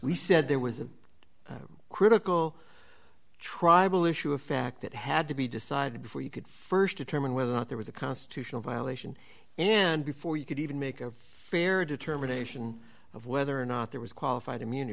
we said there was a critical tribal issue a fact that had to be decided before you could st determine whether or not there was a constitutional violation and before you could even make a fair determination of whether or not there was qualified immunity